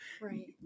Right